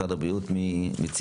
משרד הבריאות, מי מציג?